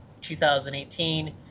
2018